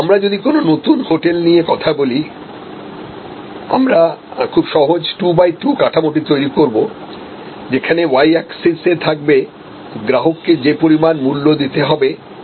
আমরা যদি কোন নতুন হোটেলনিয়ে কথা বলি আমরা খুব সহজ 2 বাই 2 কাঠামোটি তৈরি করব যেখানে y axis এ থাকবে গ্রাহককে যে পরিমাণ মূল্য দিতে হবে সেটি